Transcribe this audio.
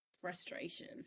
frustration